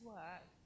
work